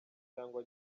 cyangwa